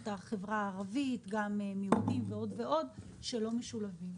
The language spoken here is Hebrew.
את החברה הערבית ועוד ועוד אוכלוסיות שלא משולבות.